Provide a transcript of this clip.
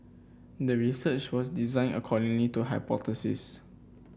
the research was designed accordingly to hypothesis